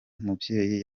mubyeyi